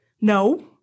No